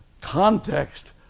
context